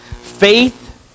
Faith